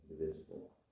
indivisible